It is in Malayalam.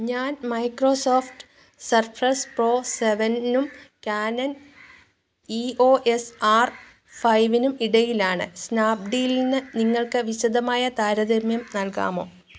ഞാൻ മൈക്രോസോഫ്റ്റ് സർഫെസ് പ്രോ സെവൻനും Canon E O S R ഫൈവ്നും ഇടയിലാണ് സ്നാപ്ഡീൽന് നിങ്ങൾക്ക് വിശദമായ താരതമ്യം നൽകാമോ